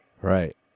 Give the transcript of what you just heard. Right